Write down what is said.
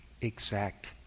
exact